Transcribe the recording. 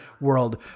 world